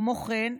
כמו כן,